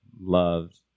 loved